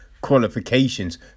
qualifications